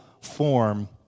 form